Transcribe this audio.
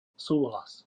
súhlas